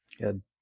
Good